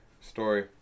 story